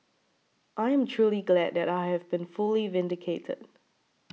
I am truly glad that I have been fully vindicated